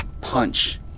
punch